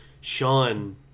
Sean